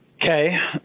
Okay